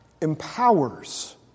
empowers